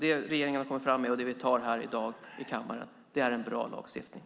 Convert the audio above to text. Det regeringen har kommit fram med och det vi antar här i kammaren i dag är en bra lagstiftning.